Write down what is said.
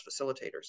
facilitators